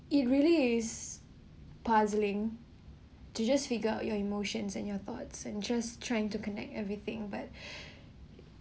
it really is puzzling to just figure out your emotions and your thoughts and just trying to connect everything but